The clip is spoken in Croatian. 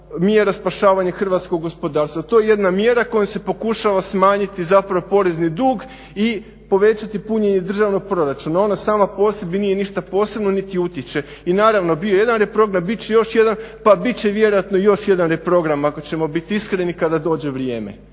mjera spašavanja hrvatskog gospodarstva. To je jedna mjera kojom se pokušava smanjiti porezni dug i povećati punjenje državnog proračuna. ona sama po sebi nije ništa posebno niti utječe. I naravno bio je jedan reprogram bit će još jedan pa bit će vjerojatno još jedan reprogram ako ćemo biti iskreni kada dođe vrijeme.